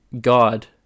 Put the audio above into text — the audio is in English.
God